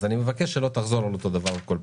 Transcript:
מבקש שלא תחזור על אותו הדבר כל פעם.